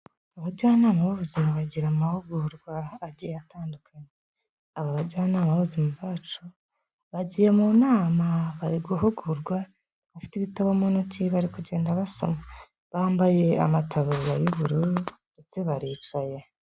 Abajyanama b'ubuzima bagira amahugurwa agiye atandukanye. Aba bajyanama b'ubuzima bacu, bagiye mu nama bari guhugurwa bafite ibitabo mu ntoki bari kugenda basoma, bambaye amataburiya y'ubururu ndetse baricaye.